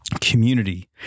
Community